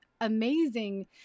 amazing